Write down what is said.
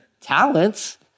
talents